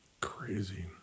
Crazy